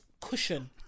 cushion